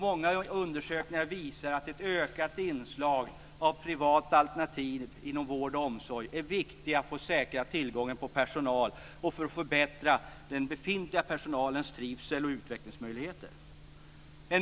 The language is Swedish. Många undersökningar visar att ett ökat inslag av privata alternativ inom vård och omsorg är viktiga för att säkra tillgången på personal och för att förbättra den befintliga personalens trivsel och utvecklingsmöjligheter.